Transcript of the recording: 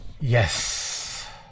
Yes